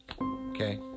okay